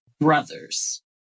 Brothers